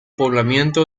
poblamiento